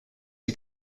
sie